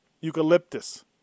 Eucalyptus